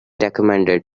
recommended